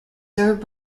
served